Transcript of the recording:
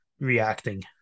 reacting